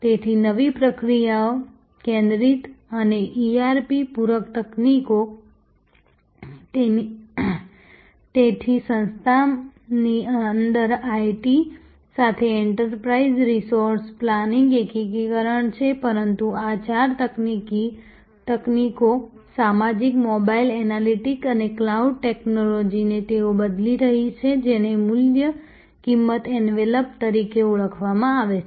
તેથી નવી પ્રક્રિયા કેન્દ્રિત અને ERP પૂરક તકનીકો તેથી સંસ્થાની અંદર IT સાથે એન્ટરપ્રાઇઝ રિસોર્સ પ્લાનિંગ એકીકરણ છે પરંતુ આ ચાર તકનીકો સામાજિક મોબાઇલ એનાલિટિક્સ અને ક્લાઉડ ટેક્નોલોજીઓ તેઓ બદલી રહી છે જેને મૂલ્ય કિંમત એન્વલપ તરીકે ઓળખવામાં આવે છે